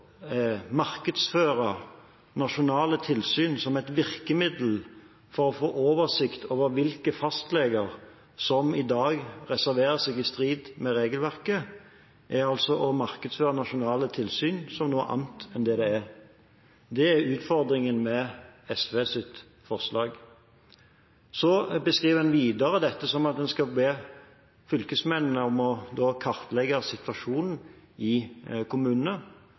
nasjonale tilsyn som et virkemiddel for å få oversikt over hvilke fastleger som i dag reserverer seg i strid med regelverket, er altså å markedsføre nasjonale tilsyn som noe annet enn det det er. Det er utfordringen med SVs forslag. Så beskriver en videre dette som at en skal be fylkesmennene om å kartlegge situasjonen i kommunene.